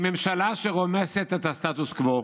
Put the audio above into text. היא ממשלה שרומסת את הסטטוס קוו,